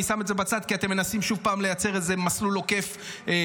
אני שם את זה בצד כי אתם מנסים שוב פעם לייצר איזה מסלול עוקף לכספים.